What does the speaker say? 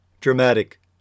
Dramatic